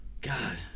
God